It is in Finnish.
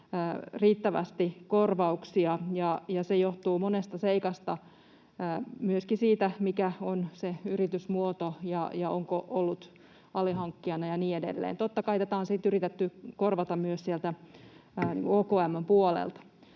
riittävästi korvauksia. Se johtuu monesta seikasta, myöskin siitä, mikä on se yritysmuoto ja onko ollut alihankkijana ja niin edelleen. Totta kai tätä on sitten yritetty korvata myös sieltä OKM:n puolelta.